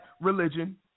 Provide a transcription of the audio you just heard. religion